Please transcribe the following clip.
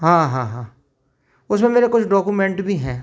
हाँ हाँ हाँ हाँ उसमे मेरे कुछ डॉकुमेंट भी हैं